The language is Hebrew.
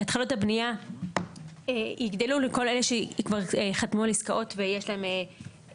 התחלות הבנייה יגדלו לכל אלה שכבר חתמו על עסקאות ויש להם,